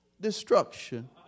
destruction